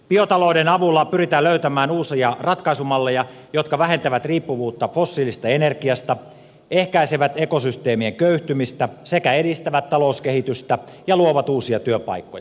biotalouden avulla pyritään löytämään uusia ratkaisumalleja jotka vähentävät riippuvuutta fossiilisesta energiasta ehkäisevät ekosysteemien köyhtymistä sekä edistävät talouskehitystä ja luovat uusia työpaikkoja